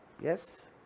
Yes